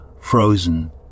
frozen